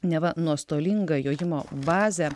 neva nuostolingą jojimo bazę